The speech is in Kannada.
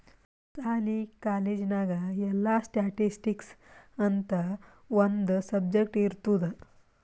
ಸಾಲಿ, ಕಾಲೇಜ್ ನಾಗ್ ಎಲ್ಲಾ ಸ್ಟ್ಯಾಟಿಸ್ಟಿಕ್ಸ್ ಅಂತ್ ಒಂದ್ ಸಬ್ಜೆಕ್ಟ್ ಇರ್ತುದ್